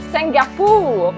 Singapore